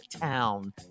town